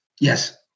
Yes